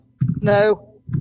no